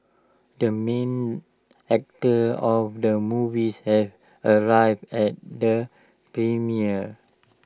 the main actor of the movies have arrived at the premiere